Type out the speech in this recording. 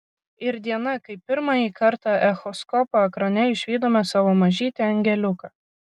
ir diena kai pirmąjį kartą echoskopo ekrane išvydome savo mažytį angeliuką